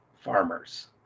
farmers